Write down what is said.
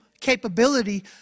capability